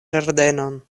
ĝardenon